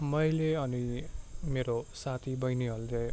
मैले अनि मेरो साथीबहिनीहरूले